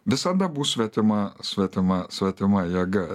visada bus svetima svetima svetima jėga